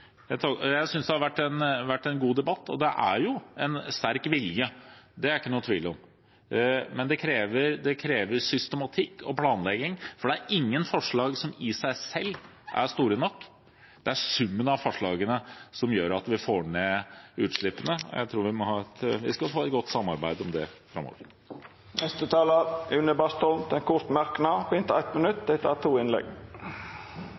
har vært en god debatt. Det er en sterk vilje, det er det ikke noen tvil om, men det krever systematikk og planlegging, for det er ingen forslag som i seg selv er store nok. Det er summen av forslagene som gjør at vi får ned utslippene. Jeg tror vi skal få et godt samarbeid om det framover. Representanten Une Bastholm har hatt ordet to gonger tidlegare og får ordet til ein kort merknad, avgrensa til 1 minutt.